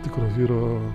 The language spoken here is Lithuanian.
tikro vyro